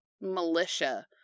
militia